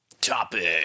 topic